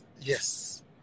yes